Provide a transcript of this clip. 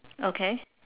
okay